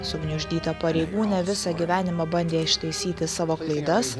sugniuždyta pareigūnė visą gyvenimą bandė ištaisyti savo klaidas